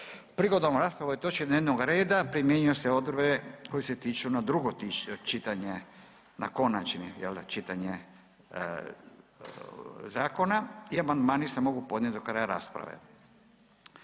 Prigodom rasprave o ovoj točki dnevnog reda primjenjuju se odredbe koje se tiču na drugo čitanje na konačni jel da, čitanje zakona i amandmani se mogu podnijet do kraja rasprave.